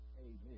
Amen